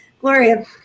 Gloria